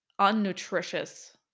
unnutritious